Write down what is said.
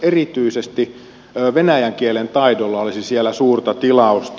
erityisesti venäjän kielen taidolla olisi siellä suurta tilausta